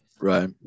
Right